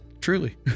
Truly